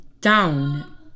down